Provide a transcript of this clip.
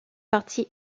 partie